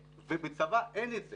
ובצבא אין את זה.